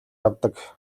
авдаг